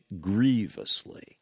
grievously